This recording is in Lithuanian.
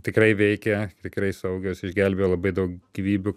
tikrai veikia tikrai saugios išgelbėjo labai daug gyvybių